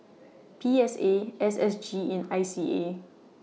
P S A S S G and I C A